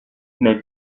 mais